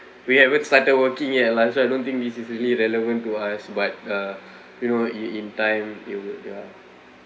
we haven't started working yet lah so I don't think this is really relevant to us but uh you know in in time it would ya